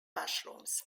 mushrooms